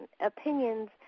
opinions